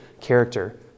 character